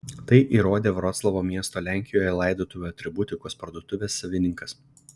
tai įrodė vroclavo miesto lenkijoje laidotuvių atributikos parduotuvės savininkas